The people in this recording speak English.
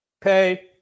Pay